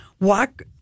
walk